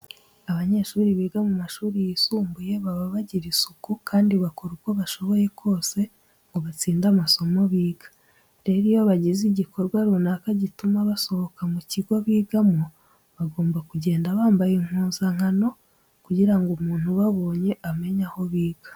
Abanyeshuri biga mu mashuri yisumbuye baba bagira isuku kandi bakora uko bashoboye kose ngo batsinde amasomo biga. Rero iyo bagize igikorwa runaka gituma basohoka mu kigo bigamo, bagomba kugenda bambaye impuzankano kugira ngo umuntu ubabonye amenye aho biga.